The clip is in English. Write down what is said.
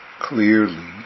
clearly